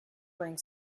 bring